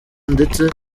ndetse